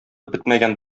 бетмәгән